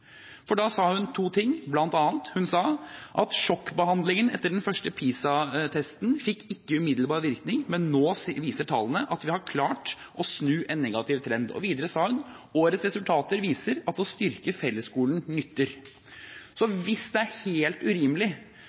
for da sa hun to ting. Hun sa bl.a.: «Sjokkbehandlingen etter den første PISA fikk ikke umiddelbar virkning, men nå viser resultatene at vi har klart å snu en negativ trend.» Videre sa hun: «Årets resultater viser at å styrke fellesskolen nytter.» Så hvis det er helt urimelig